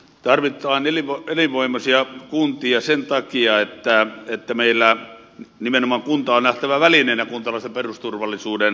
tarvitaan elinvoimaisia kuntia sen takia että meillä nimenomaan kunta on nähtävä välineenä kuntalaisten perusturvallisuuden varmistamiseksi